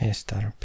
Estar